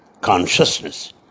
consciousness